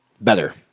better